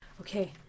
Okay